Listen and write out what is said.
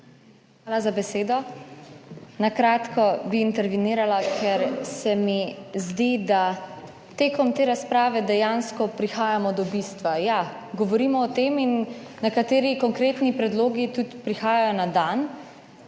Hvala za besedo. Na kratko bi intervenirala, ker se mi zdi, da tekom te razprave dejansko prihajamo do bistva. Ja, govorimo o tem in nekateri konkretni predlogi tudi prihajajo na dan